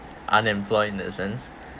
unemployed in that sense